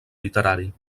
literari